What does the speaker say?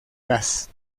gas